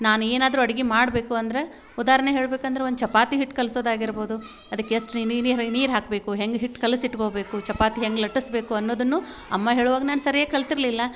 ನಾನು ಏನಾದ್ರೂ ಅಡ್ಗೆ ಮಾಡಬೇಕು ಅಂದ್ರೆ ಉದಾಹರಣೆ ಹೇಳ್ಬೇಕಂದ್ರೆ ಒಂದು ಚಪಾತಿ ಹಿಟ್ಟು ಕಲಸೋದಾಗಿರ್ಬೋದು ಅದಕ್ಕೆ ಎಷ್ಟು ನೀರು ನೀರು ಹಾಕಬೇಕು ಹೆಂಗೆ ಹಿಟ್ಟು ಕಲಸಿ ಇಟ್ಕೊಳ್ಬೇಕು ಚಪಾತಿ ಹೆಂಗೆ ಲಟ್ಟಿಸಬೇಕು ಅನ್ನೋದನ್ನು ಅಮ್ಮ ಹೇಳುವಾಗ ನಾನು ಸರಿಯಾಗಿ ಕಲ್ತಿರಲಿಲ್ಲ